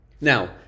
Now